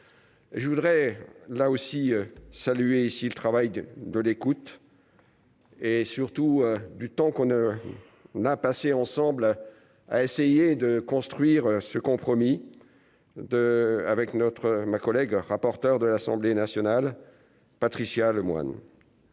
je voudrais là aussi saluer ici le travail de l'écoute. Et surtout du temps qu'on a, on a passé ensemble à essayer de construire ce compromis de avec notre ma collègue rapporteur de l'Assemblée nationale, Patricia Lemoine.